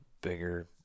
bigger